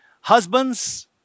Husbands